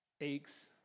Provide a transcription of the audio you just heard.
aches